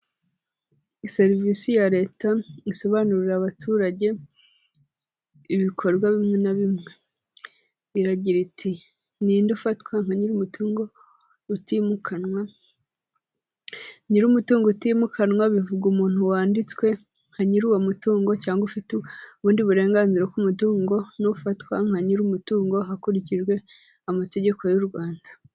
Serivisi ya leta isobanurira abaturage ibikorwa bimwe na bimwe, iragira iti" ninde ufatwa nka nyiri umutungo utimukanwa?" Nyiri umutungo utimukanwa bivuga umuntu wanditswe nka nyiri uwo mutungo cyangwa ufite ubundi burenganzira ku mutungo n'ufatwa nka nyiri umutungo hakurikijwe amategeko y'u Rwanda.